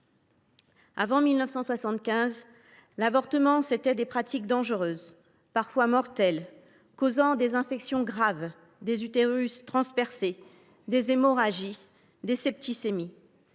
Avant 1975, l’avortement, c’étaient des pratiques dangereuses, parfois mortelles, causant des infections graves, des utérus transpercés, des hémorragies, des septicémies.